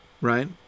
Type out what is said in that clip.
right